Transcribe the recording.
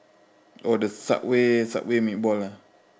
oh the subway subway meatball ah